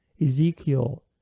Ezekiel